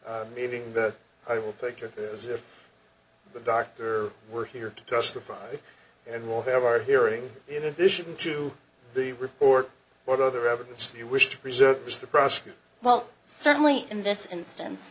report meaning that i will take it as if the doctor we're here to testify and will have our hearing in addition to the report what other evidence you wish to preserve as the prosecutor well certainly in this instance